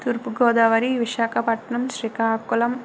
Thurpu Godavari Visakhapatnam Srikakulam